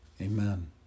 Amen